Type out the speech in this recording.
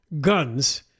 guns